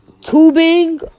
tubing